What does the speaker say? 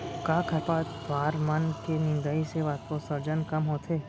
का खरपतवार मन के निंदाई से वाष्पोत्सर्जन कम होथे?